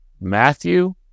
Matthew